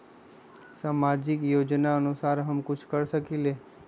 सामाजिक योजनानुसार हम कुछ कर सकील?